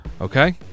Okay